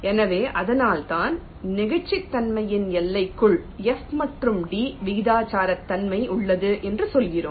எனவே அதனால்தான் நெகிழ்ச்சித்தன்மையின் எல்லைக்குள் F மற்றும் d விகிதாசாரத்தன்மை உள்ளது என்று சொல்கிறோம்